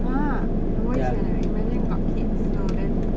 !huh! 很危险 eh imagine got kids so then